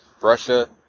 russia